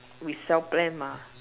we sell plan mah